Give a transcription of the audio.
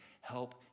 Help